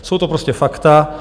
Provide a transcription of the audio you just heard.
Jsou to prostě fakta.